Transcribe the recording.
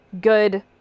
good